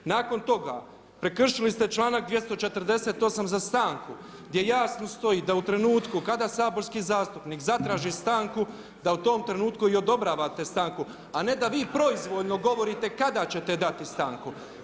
Nakon toga, prekršili ste članak 248. za stanku gdje jasno stoji da u trenutku kada saborski zastupnik zatraži stanku, da u tom trenutku i odobravate stanku a ne da vi proizvoljno govorite kada ćete dati stanku.